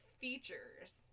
features